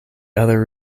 other